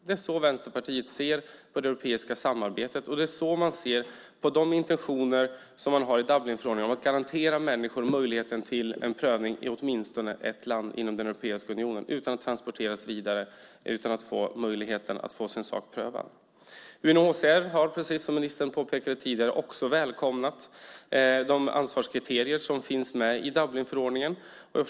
Det är så Vänsterpartiet ser på det europeiska samarbetet, och det är så man ser på de intentioner som man har i Dublinförordningen om att garantera människor möjligheten till en prövning i åtminstone ett land i Europeiska unionen utan att transporteras vidare utan att få sin sak prövad. UNHCR har, precis som ministern tidigare påpekade, också välkomnat de ansvarskriterier som finns med i Dublinförordningen.